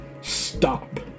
Stop